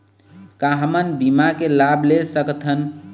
का हमन बीमा के लाभ ले सकथन?